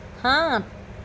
সাত